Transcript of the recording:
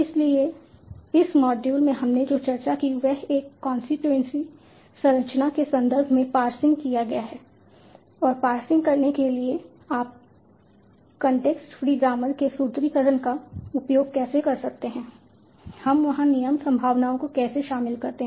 इसलिए इस मॉड्यूल में हमने जो चर्चा की वह एक कांस्टीट्यूएंसी संरचना के संदर्भ में पार्सिंग क्या है और पार्सिंग करने के लिए आप कॉन्टेक्स्ट फ्री ग्रामर के सूत्रीकरण का उपयोग कैसे करते हैं हम वहां नियम संभावनाओं को कैसे शामिल करते हैं